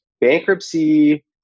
Bankruptcy